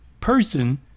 person